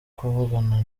kuvugana